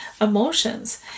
emotions